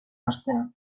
astean